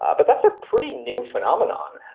but that's a pretty new phenomenon,